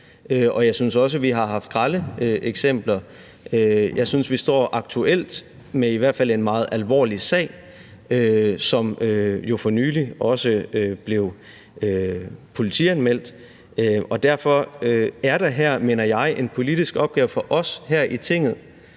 jeg synes også, vi har haft nogle grelle eksempler. Jeg synes i hvert fald, vi aktuelt står med en meget alvorlig sag, som jo for nylig også blev politianmeldt, og derfor er det, mener jeg, en politisk opgave for os her i Tinget